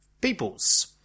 Peoples